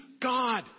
God